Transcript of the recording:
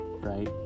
right